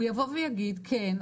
הוא יבוא ויגיד 'כן,